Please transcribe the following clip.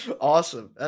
Awesome